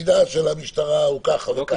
שתפקידה של המשטרה הוא כך וכך.